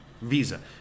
visa